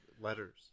letters